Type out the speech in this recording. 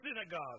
synagogue